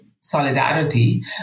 solidarity